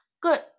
Good